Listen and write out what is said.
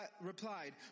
replied